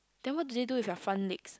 then what do they do with their front legs